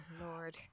Lord